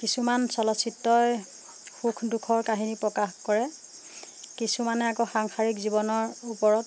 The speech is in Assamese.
কিছুমান চলচ্চিত্ৰই সুখ দুখৰ কাহিনী প্ৰকাশ কৰে কিছুমানে আকৌ সাংসাৰিক জীৱনৰ ওপৰত